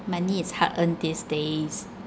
money is hard earned these days